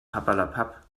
papperlapapp